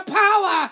power